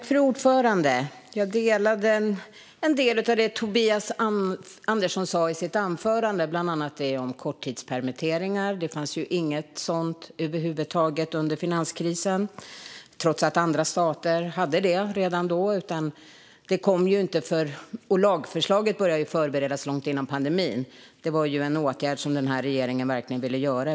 Fru talman! Jag delar synen på en del av det som Tobias Andersson sa i sitt anförande, bland annat det som handlade om korttidspermitteringar. Det fanns över huvud taget inget sådant under finanskrisen, trots att andra stater redan då hade det. Lagförslaget började för övrigt förberedas långt innan pandemin kom. Det var en åtgärd som den här regeringen verkligen ville göra.